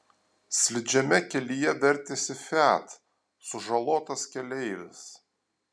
slidžiame kelyje vertėsi fiat sužalotas keleivis